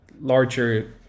larger